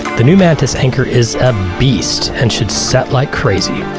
the new mantus anchor is beast and should set like crazy.